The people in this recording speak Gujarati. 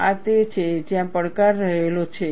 આ તે છે જ્યાં પડકાર રહેલો છે